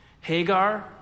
Hagar